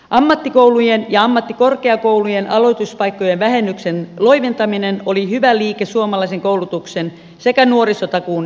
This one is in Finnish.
ammattikoulujen ja ammattikorkeakoulujen aloituspaikkojen vähennyksen loiventaminen oli hyvä liike suomalaisen koulutuksen sekä nuorisotakuun näkökulmasta